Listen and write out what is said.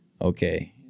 okay